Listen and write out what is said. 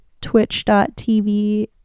twitch.tv